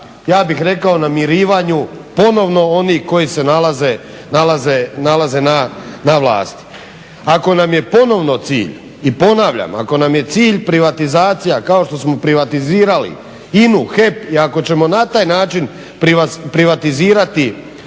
ja bih rekao namirivanju ponovno onih koji se nalaze na vlasti. Ako nam je ponovno cilj i ponavljam, ako nam je cilj privatizacija kao što smo privatizirali INA-u, HEP i ako ćemo na taj način privatizirati